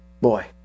Boy